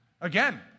Again